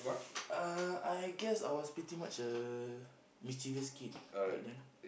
uh I guess I was pretty much a mischievous kid back then